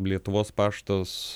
lietuvos paštas